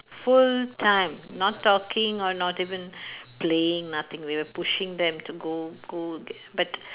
full time not talking or not even playing nothing we were pushing them to go go but